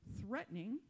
threatening